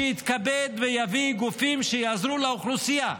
שיתכבד ויביא גופים שיעזרו לאוכלוסייה.